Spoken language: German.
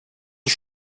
der